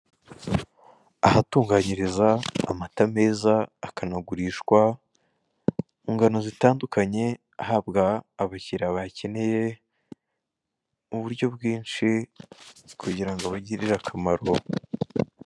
Ahatunganyiriza amata meza akanagurishwa, mu ngano zitandukanye ahabwa abakiriya bayakeneye uburyo bwinshi kugira ngo abagirire akamaro.